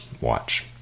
Watch